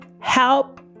Help